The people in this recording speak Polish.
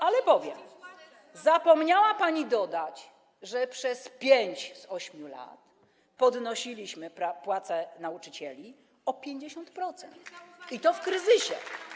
Ale powiem, bo zapomniała pani dodać, że przez 5 z 8 lat podnosiliśmy płace nauczycieli o 50%, i to w kryzysie.